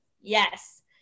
Yes